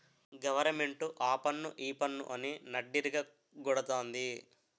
government ఆపన్ను ఈపన్ను అని నడ్డిరగ గొడతంది